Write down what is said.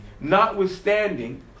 notwithstanding